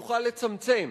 יוכל לצמצם.